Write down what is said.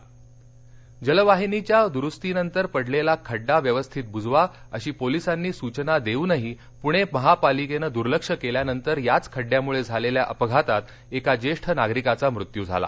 खडडे जलवाहिनीच्या दुरुस्तीनंतर पडलेला खड्डा व्यवस्थित ब्जवा अशी पोलिसांनी सूचना देऊनही पुणे महापालिकेने द्लक्ष केल्यानंतर याच खड्ड्यामुळे झालेल्या अपघातात एका ज्येष्ठ नागरिकाचा मृत्यू झाला